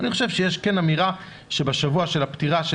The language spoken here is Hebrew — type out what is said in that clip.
אני חושב שיש כן אמירה שבשבוע של הפטירה של